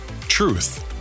Truth